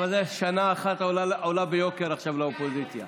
שנה אחת עולה עכשיו ביוקר עכשיו לאופוזיציה.